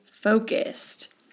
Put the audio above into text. focused